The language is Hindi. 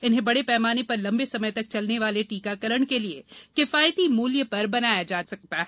इन्हें बड़े पैमाने पर लंबे समय तक चलने वाले टीकाकरण के लिए किफायती मूल्य पर बनाया जा सकता है